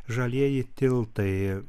žalieji tiltai